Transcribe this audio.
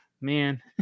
man